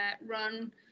run